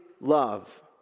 love